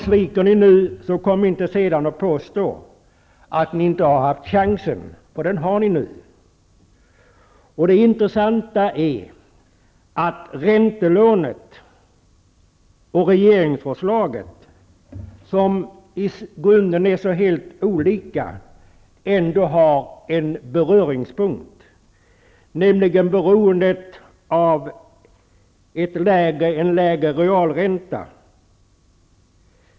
Sviker ni nu, kom inte senare och påstå att ni inte haft chansen, för den har ni nu. Det intressanta är att räntelånet och regeringsförslaget, som i grunden är så helt olika, ändå har en beröringspunkt, nämligen beroendet av en lägre realränta.